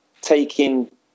taking